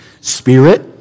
Spirit